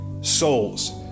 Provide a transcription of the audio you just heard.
souls